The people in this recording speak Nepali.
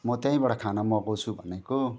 म त्यहीँबाट खाना मगाउँछु भनेको